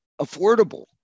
affordable